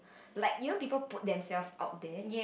like even people put themselves up there